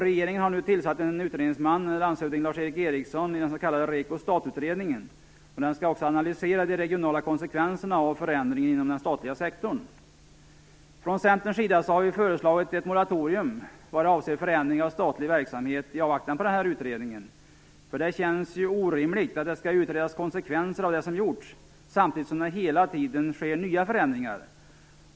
Regeringen har nu tillsatt en utredningsman, landshövding Lars-Erik Eriksson, i den s.k. REKO STAT-utredningen. Den skall analysera de regionala konsekvenserna av förändringen inom den statliga sektorn. Från Centerns sida har vi föreslagit ett moratorium vad avser förändringar av statlig verksamhet i avvaktan på den här utredningen. Det känns orimligt att det skall utredas konsekvenser av det som gjorts samtidigt som det hela tiden sker nya förändringar.